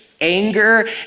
anger